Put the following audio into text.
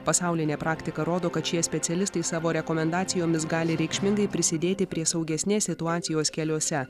pasaulinė praktika rodo kad šie specialistai savo rekomendacijomis gali reikšmingai prisidėti prie saugesnės situacijos keliuose